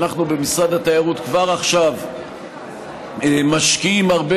שאנחנו במשרד התיירות כבר עכשיו משקיעים הרבה